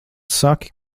saki